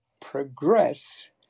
progress